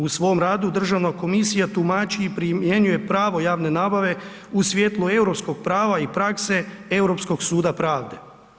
U svom radu Državna komisija tumači i primjenjuje pravo javne nabave u svjetlu europskog prava i prakse Europskog suda pravde.